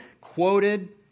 quoted